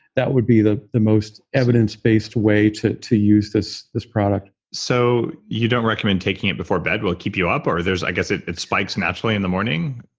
that would be the the most evidence-based way to to use this this product so you don't recommend taking it before bed? will it keep you up or there's i guess it it spikes naturally in the morning?